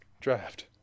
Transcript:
draft